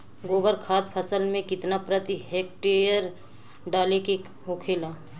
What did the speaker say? गोबर खाद फसल में कितना प्रति हेक्टेयर डाले के होखेला?